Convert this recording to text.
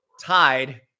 tied